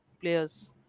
players